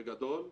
בגדול,